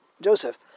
Joseph